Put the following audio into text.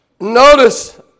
Notice